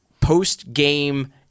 post-game